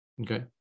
okay